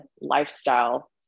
lifestyle